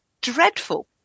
dreadful